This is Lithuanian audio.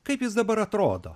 kaip jis dabar atrodo